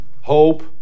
hope